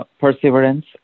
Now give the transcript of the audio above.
Perseverance